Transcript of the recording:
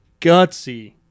gutsy